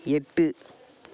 எட்டு